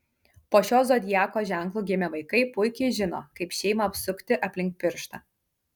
po šiuo zodiako ženklu gimę vaikai puikiai žino kaip šeimą apsukti aplink pirštą